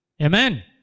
Amen